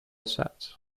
sets